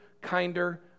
kinder